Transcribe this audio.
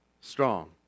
strong